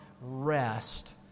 rest